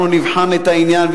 אנחנו נבחן את העניין,